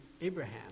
Abraham